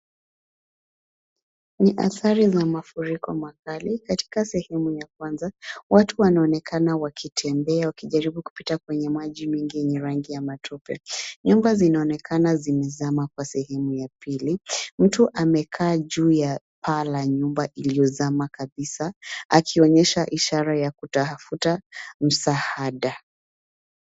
Ni athari za mafuriko makali katika sehemu ya kwanza. Watu wanaonekana wakitembea wakijaribu kupita kwenye maji mengi yenye rangi ya matope. Nyumba zinaonekana zimezama kwa sehemu ya pili. Mtu amekaa juu ya paa la nyumba iliyozama kabisa akionyesha ishara ya kutafuta msaada.